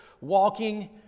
walking